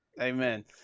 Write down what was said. amen